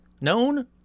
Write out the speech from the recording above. known